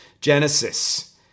Genesis